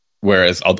Whereas